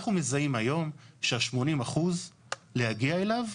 אנחנו מזהים היום שה-80% להגיע אליו,